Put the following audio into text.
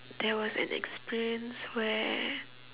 there was an experience where